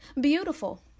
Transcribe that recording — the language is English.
Beautiful